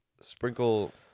Sprinkle